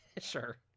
Sure